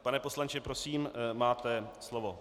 Pane poslanče, prosím, máte slovo.